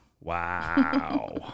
Wow